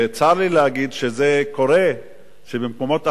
וצר לי להגיד שכשזה קורה במקומות אחרים,